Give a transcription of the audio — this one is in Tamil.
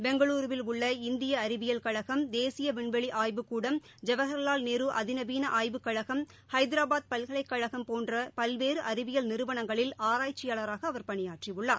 பெங்களூருவில் உள்ள இந்திய அறிவியல் கழகம் தேசிய விண்வெளி ஆய்வுக்கூடம் ஜவஹர்வால் நேரு அதிநவீன ஆய்வுக்கழகம் ஹைதராபாத் பல்கலைக்கழகம் போன்ற பல்வேறு அறிவியல் நிறுவனங்களில் ஆராய்ச்சியாளராக அவர் பணியாற்றியுள்ளார்